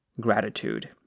gratitude